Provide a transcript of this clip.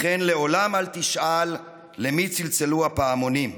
/ לכן לעולם אל תשאל, למי צלצלו הפעמונים.